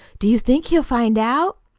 do you think he'll find out?